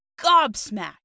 gobsmacked